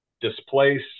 displace